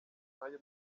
ayo